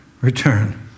return